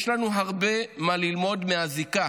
יש לנו הרבה מה ללמוד מהזיקה